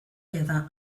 jada